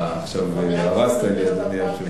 עכשיו הרסת לי, אדוני היושב-ראש.